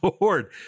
Lord